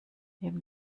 neben